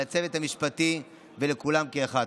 לצוות המשפטי ולכולם כאחד.